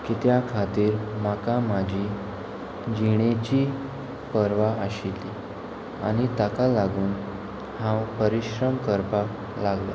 कित्या खातीर म्हाका म्हाजी जिणेची परवां आशिल्ली आनी ताका लागून हांव परिश्रम करपाक लागलो